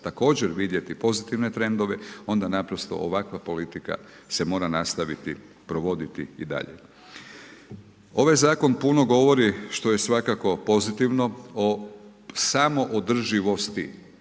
također vidjeti pozitivne trendove, onda naprosto ovakva politika se mora nastaviti provoditi i dalje. Ovaj zakon puno govori što je svakako pozitivno o samoodrživosti.